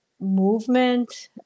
movement